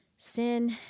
Sin